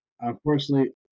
Unfortunately